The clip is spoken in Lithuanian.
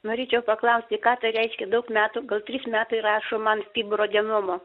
norėčiau paklausti ką tai reiškia daug metų gal trys metai rašo man fibroadenoma